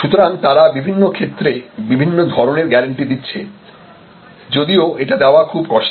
সুতরাং তারা বিভিন্ন ক্ষেত্রে বিভিন্ন ধরনের গ্যারান্টি দিচ্ছে যদিও এটা দেওয়া খুব কষ্টের